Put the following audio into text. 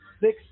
six